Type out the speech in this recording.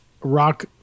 rock